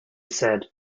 said